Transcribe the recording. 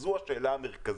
וזו השאלה המרכזית.